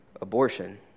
Abortion